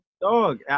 dog